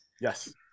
Yes